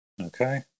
Okay